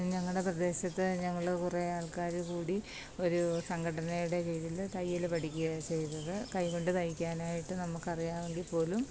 ഞങ്ങളുടെ പ്രദേശത്തെ ഞങ്ങൾ കുറെ ആള്ക്കാർ കൂടി ഒരു സംഘടനയുടെ കീഴിൽ തയ്യൽ പഠിക്ക്യാ ചെയ്തത് കൈ കൊണ്ട് തയ്ക്കാനായിട്ട് നമുക്കറിയാമെങ്കിൽ പോലും